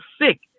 sick